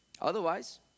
Otherwise